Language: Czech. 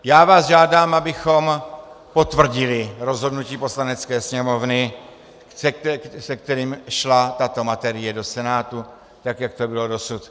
Já vás žádám, abychom potvrdili rozhodnutí Poslanecké sněmovny, se kterým šla tato materie do Senátu, tak jak to bylo dosud.